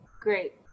great